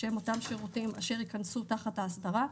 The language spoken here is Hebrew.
אותם שירותים אשר ייכנסו תחת האסדרה.